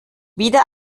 wieder